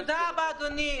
תודה רבה, אדוני.